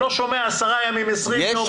אני לא שומע 10 ימים, 20 ימים, חודש.